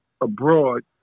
abroad